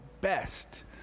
best